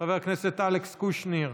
חבר הכנסת אלכס קושניר,